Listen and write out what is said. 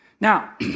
Now